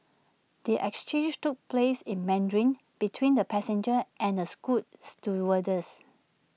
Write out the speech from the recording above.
the exchange took place in Mandarin between the passenger and A scoot stewardess